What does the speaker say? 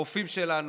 הרופאים שלנו,